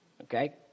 okay